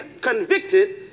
convicted